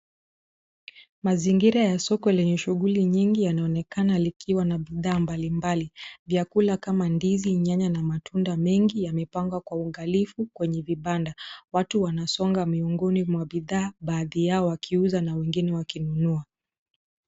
Mazingira ya soko lenye nyingi yanaonekana likiwa na bidhaa mbalimbali, vyakula kama ndizi, nyanya na matunda mengi yamepangwa kwa uangalifu kwenye vibanda. Watu wanasonga miongoni mwa bidhaa, baadhi yao wakiuza na wengine wakinunua.